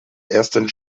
ersten